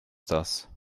das